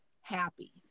happy